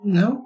no